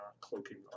cloaking